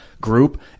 group